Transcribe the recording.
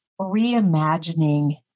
reimagining